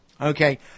Okay